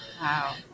Wow